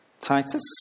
Titus